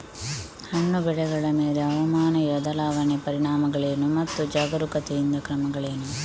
ಹಣ್ಣು ಬೆಳೆಗಳ ಮೇಲೆ ಹವಾಮಾನ ಬದಲಾವಣೆಯ ಪರಿಣಾಮಗಳೇನು ಮತ್ತು ಜಾಗರೂಕತೆಯಿಂದ ಕ್ರಮಗಳೇನು?